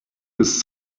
was